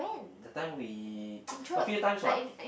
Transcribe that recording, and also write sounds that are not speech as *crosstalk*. the time we *noise* a few times what